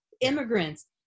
immigrants